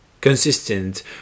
Consistent